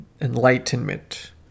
enlightenment